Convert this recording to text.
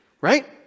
right